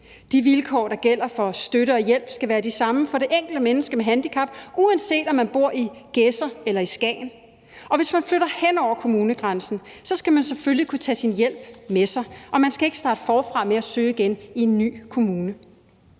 De vilkår, der gælder for støtte og hjælp, skal være de samme for det enkelte menneske med handicap, uanset om man bor i Gedser eller i Skagen. Og hvis man flytter hen over kommunegrænsen, skal man selvfølgelig kunne tage sin hjælp med sig, og man skal ikke starte forfra med at søge igen i en ny kommune.